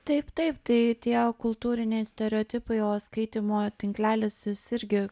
taip taip tai tie kultūriniai stereotipai o skaitymo tinklelis jis irgi